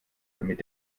damit